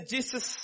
Jesus